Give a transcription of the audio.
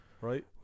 Right